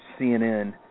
CNN